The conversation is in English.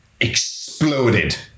exploded